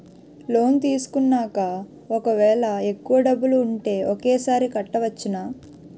Loan తీసుకున్నాక ఒకవేళ ఎక్కువ డబ్బులు ఉంటే ఒకేసారి కట్టవచ్చున?